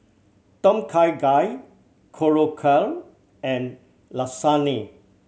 Tom Kha Gai Korokke and Lasagna